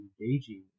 engaging